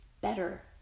better